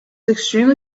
extremely